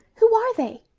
who are they?